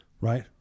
right